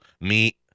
meet